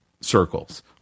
circles